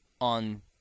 on